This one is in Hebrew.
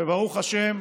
וברוך השם,